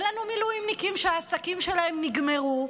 אין לנו מילואימניקים שהעסקים שלהם נגמרו,